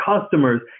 customers